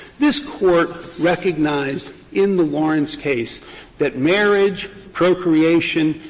this court recognized in the lawrence case that marriage, procreation,